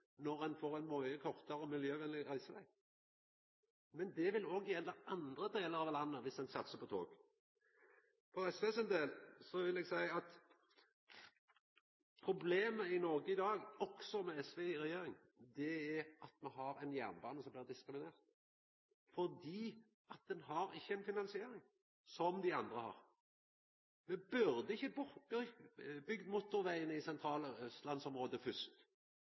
når ein får ein mykje kortare og meir miljøvenleg reiseveg. Men det vil òg gjelda andre delar av landet, viss ein satsar på tog. For SV sin del vil eg seia at problemet i Noreg i dag – også med SV i regjering – er at me har ein jernbane som blir diskriminert, fordi han ikkje har ei finansiering som dei andre har. Me burde ikkje ha bygd motorvegen på det sentrale